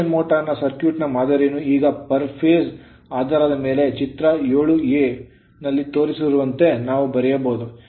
induction motor ನ circuit ಮಾದರಿಯನ್ನು ಈಗ per phase ಪ್ರತಿ ಹಂತದ ಆಧಾರದ ಮೇಲೆ ಚಿತ್ರ 7a ನಲ್ಲಿ ತೋರಿಸಿರುವಂತೆ ನಾವು ಬರೆಯಬಹುದು